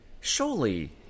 surely